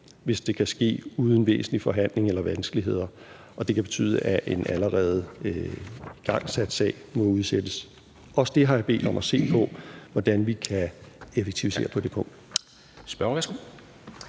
hvis det kan ske uden væsentlige forhandling eller vanskeligheder, og det kan betyde, at en allerede igangsat sag må udsættes. Også det har jeg bedt om at der bliver set på, altså hvordan vi kan effektivisere på det punkt.